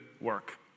work